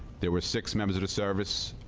there were six members a disservice.